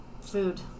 food